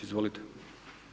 Izvolite.